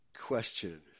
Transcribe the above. Question